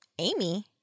Amy